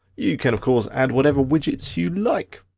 you can of course add whatever widgets you'd like.